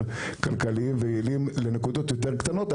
כלכליים ויעילים לנקודות יותר קטנות.